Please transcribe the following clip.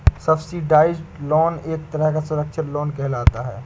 subsidised loan एक तरह का सुरक्षित लोन कहलाता है